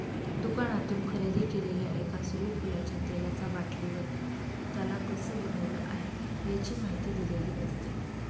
दुकानातून खरेदी केलेल्या एका सूर्यफुलाच्या तेलाचा बाटलीवर, त्याला कसं बनवलं आहे, याची माहिती दिलेली असते